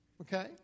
Okay